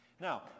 Now